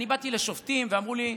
אני באתי לשופטים, ואמרו לי: